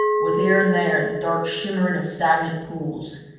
with here and there the dark shimmering of stagnant pools.